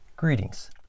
Greetings